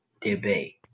debate